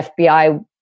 FBI